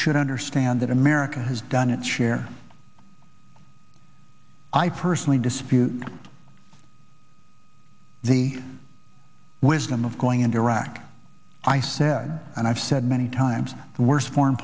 should understand that america has done its share i personally dispute the wisdom of going into iraq i said and i've said many times the worst foreign